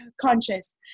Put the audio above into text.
conscious